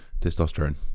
Testosterone